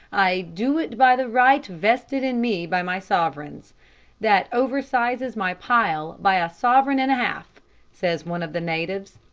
i do it by the right vested in me by my sovereigns that oversizes my pile by a sovereign and a half says one of the natives